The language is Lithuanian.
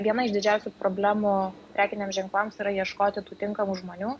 viena iš didžiausių problemų prekiniams ženklams yra ieškoti tų tinkamų žmonių